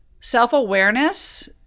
self-awareness